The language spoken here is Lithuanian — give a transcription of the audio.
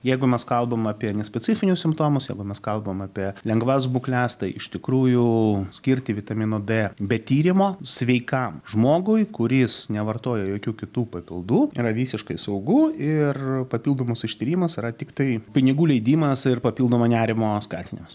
jeigu mes kalbam apie nespecifinius simptomus jeigu mes kalbam apie lengvas būkles tai iš tikrųjų skirti vitamino d be tyrimo sveikam žmogui kuris nevartoja jokių kitų papildų yra visiškai saugu ir papildomas ištyrimas yra tiktai pinigų leidimas ir papildomo nerimo skatinimas